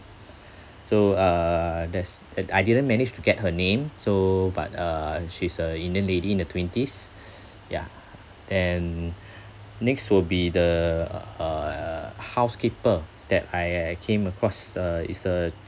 so uh there's and I didn't manage to get her name so but uh she's a indian lady in the twenties yeah then next will be the uh housekeeper that I I came across uh is a